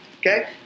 Okay